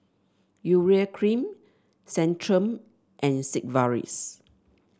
Urea Cream Centrum and Sigvaris